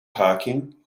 parking